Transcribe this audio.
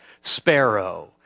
sparrow